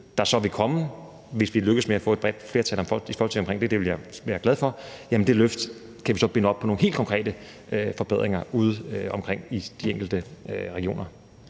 der så vil komme, hvis vi lykkes med at få et bredt flertal i Folketinget for det – og det vil jeg være glad for – kan vi binde op på nogle helt konkrete forbedringer ude omkring i de enkelte regioner.